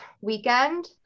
weekend